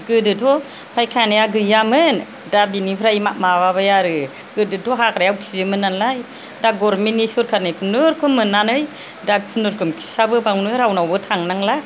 गोदोथ' फायखानाया गैयामोन दा बिनिफ्राय माबाबाय आरो गोदोथ' हाग्रायाव खियोमोन नालाय दा गरमेनटनि सरखारनिफ्राइ मोननानै दा खुनुरुखुम खिसाबो बेयावनो रावनावबो थांनांला